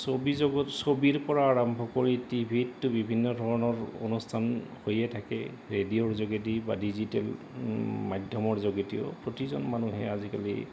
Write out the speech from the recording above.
ছবি জগত ছবিৰপৰা আৰম্ভ কৰি টি ভিতটো বিভিন্ন ধৰণৰ অনুষ্ঠান হৈয়ে থাকে ৰেডিঅ'ৰ যোগেদি বা ডিজিটেল মাধ্যমৰ যোগেদিও প্ৰতিজন মানুহে আজিকালি